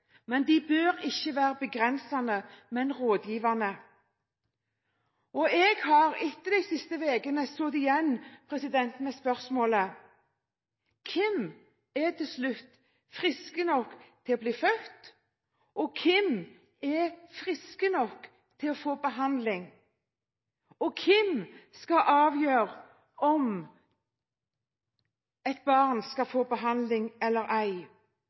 men de bør ikke være begrensende, men rådgivende. Jeg har etter de siste ukene sittet igjen med spørsmålet: Hvem er til slutt friske nok til å bli født, og hvem er friske nok til å få behandling? Og hvem skal avgjøre om et barn skal få behandling eller ei?